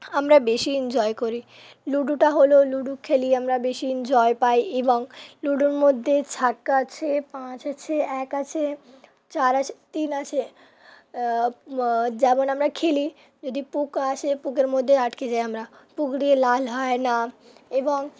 আমরা বেশি এনজয় করি লুডোটা হল লুডো খেলি আমরা বেশি এনজয় পাই এবং লুডোর মধ্যে ছক্কা আছে পাঁচ আছে এক আছে চার আছে তিন আছে যেমন আমরা খেলি যদি পুট আসে পু্টের মধ্যে আটকে যাই আমরা পুট দিয়ে লাল হয় না এবং